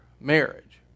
marriage